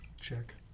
Check